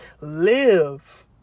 live